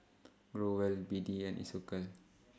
Growell B D and Isocal